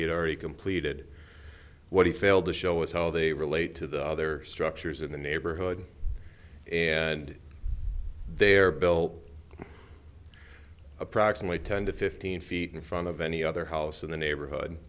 had already completed what he failed to show was how they relate to the other structures in the neighborhood and they are built approximately ten to fifteen feet in front of any other house in the neighborhood